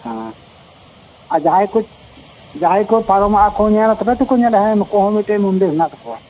ᱦᱮᱸ ᱟᱫᱚ ᱡᱟᱦᱟᱸᱭ ᱠᱚ ᱡᱟᱦᱟᱸᱭ ᱠᱚ ᱯᱟᱨᱚᱢᱚᱜ ᱟᱠᱚ ᱧᱮᱞᱟ ᱛᱚᱵᱮ ᱛᱚᱠᱚ ᱧᱮᱞᱟ ᱱᱩᱠᱩᱣᱟᱜ ᱦᱚᱸ ᱢᱤᱫᱴᱮᱱ ᱢᱩᱱᱫᱤᱨ ᱦᱮᱱᱟᱜ ᱛᱟᱠᱚᱣᱟ